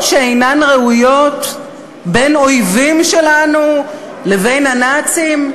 שאינן ראויות בין אויבים שלנו לבין הנאצים?